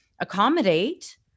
accommodate